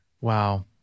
Wow